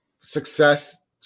success